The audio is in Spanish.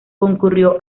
concurrió